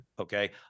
okay